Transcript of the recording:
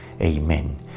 Amen